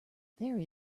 there